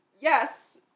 Yes